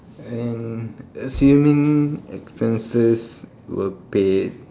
and assuming expenses were paid